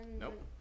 Nope